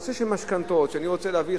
בנושא המשכנתאות שאני רוצה להביא,